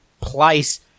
place